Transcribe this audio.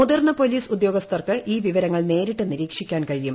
മുതിർന്ന പോലീസുദ്യോഗസ്ഥർക്ക് ഈ വിവരങ്ങൾ നേരിട്ട് നിരീക്ഷിക്കാൻ കഴിയും